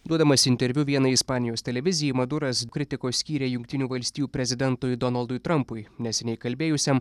duodamas interviu vienai ispanijos televizijai maduras kritikos skyrė jungtinių valstijų prezidentui donaldui trampui neseniai kalbėjusiam